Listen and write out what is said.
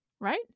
right